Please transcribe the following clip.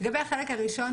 לגבי החלק הראשון,